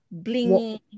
blingy